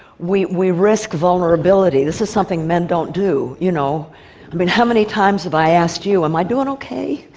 we we risk vulnerability this is something men don't do. you know i mean how many times have i asked you, am i doing ok?